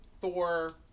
Thor